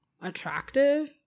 Attractive